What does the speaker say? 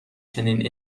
چنین